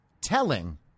telling